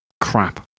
crap